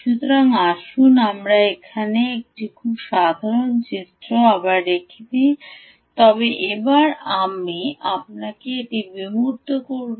সুতরাং আসুন আমরা এখানে একটি খুব সাধারণ চিত্রটি আবার রেখে দিই তবে এবার আমরা এটি বিমূর্ত করব